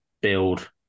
build